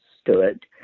stood